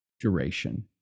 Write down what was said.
duration